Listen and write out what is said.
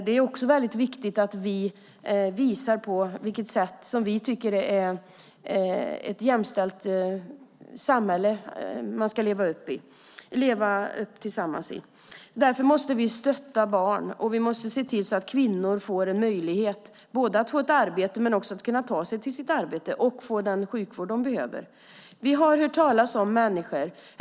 Det är väldigt viktigt att vi visar på vilket sätt vi tycker att man ska leva tillsammans i ett jämställt samhälle. Därför måste vi stötta barn och se till att kvinnor får arbete, kan ta sig till sitt arbete och får den sjukvård de behöver.